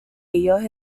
ellos